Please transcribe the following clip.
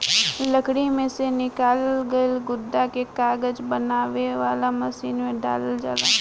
लकड़ी में से निकालल गईल गुदा के कागज बनावे वाला मशीन में डालल जाला